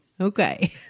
Okay